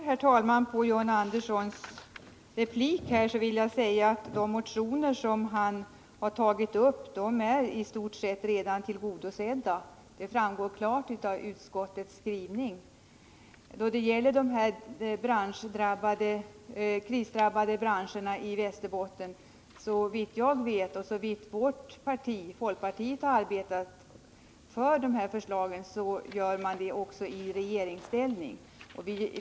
Herr talman! Som svar på John Anderssons replik vill jag säga att kraven i de motioner han tagit upp i stort sett har blivit tillgodosedda. Detta framgår klart av utskottets skrivning. Beträffande de krisdrabbade branscherna i Västerbotten vill jag framhålla att folkpartiet har arbetat för ett förverkligande av förslagen och gör det också i regeringsställning.